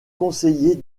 conseiller